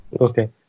okay